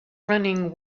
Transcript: running